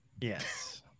Yes